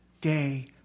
day